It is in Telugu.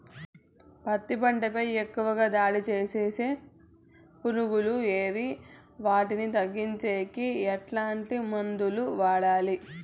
పత్తి పంట పై ఎక్కువగా దాడి సేసే పులుగులు ఏవి వాటిని తగ్గించేకి ఎట్లాంటి మందులు వాడాలి?